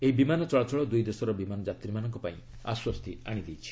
ଏହି ବିମାନ ଚଳାଚଳ ଦୁଇ ଦେଶର ବିମାନ ଯାତ୍ରୀମାନଙ୍କ ପାଇଁ ଆସ୍ୱସ୍ତି ଆଣିଦେଇଛି